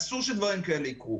אסור שדברים כאלה יקרו.